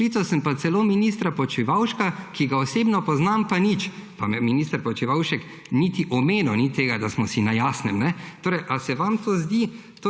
Klical sem pa celo ministra Počivalška, ki ga osebno poznam, pa nič, pa mi minister Počivalšek niti omenil ni tega, da smo si na jasnem. Ali se vam zdi